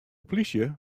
plysje